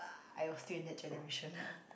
I was still in that generation lah